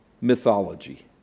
mythology